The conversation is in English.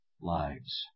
lives